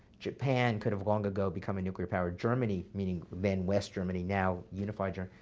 japan could have long ago become a nuclear power. germany, meaning then west germany, now unified yeah